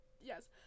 Yes